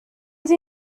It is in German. sie